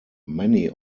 many